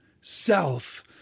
south